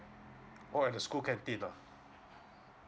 oh at the school canteen ah